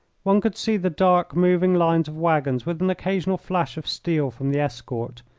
one could see the dark moving lines of waggons with an occasional flash of steel from the escort.